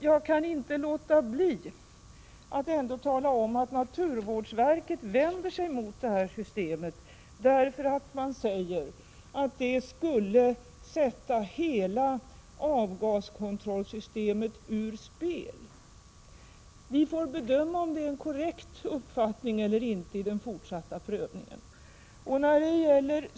Jag kan ändå inte låta bli att tala om att naturvårdsverket vänder sig mot systemet och säger att det skulle sätta hela avgaskontrollsystemet ur spel. Vi får i den fortsatta prövningen bedöma om det är en korrekt uppfattning eller inte.